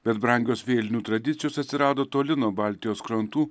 bet brangios vėlinių tradicijos atsirado toli nuo baltijos krantų